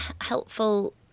helpful